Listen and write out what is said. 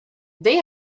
they